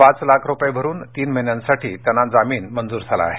पाच लाख रुपये भरून तीन महिन्यासाठी त्यांना जामीन मंजूर झाला आहे